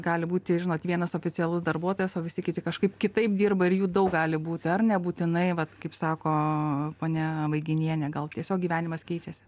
gali būti žinot vienas oficialus darbuotojas o visi kiti kažkaip kitaip dirba ir jų daug gali būt ar nebūtinai vat kaip sako ponia vaiginienė gal tiesiog gyvenimas keičiasi